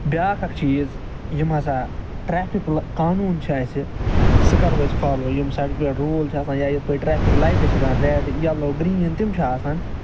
بیاکھ اَکھ چیٖز یِم ہسا ٹریٚفِک لا قانوٗن چھِ اَسہِ سُہ کَرَو أسۍ فالَو یِم سڑکہِ پٮ۪ٹھ روٗل چھِ آسان یا یِتھ پٲٹھۍ ٹریٚفِک لایٹہٕ چھِ آسان ریٚڈ ییٚلَو گریٖن تِم چھِ آسان